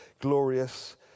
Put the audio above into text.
glorious